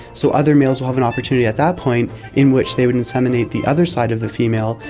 so other males will have an opportunity at that point in which they would inseminate the other side of the female,